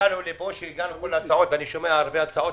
הגענו לפה ואני שומע הרבה הצעות.